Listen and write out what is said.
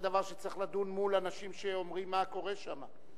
זה דבר שצריך לדון בו מול אנשים שאומרים מה קורה שם.